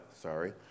sorry